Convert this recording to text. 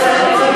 הצבעת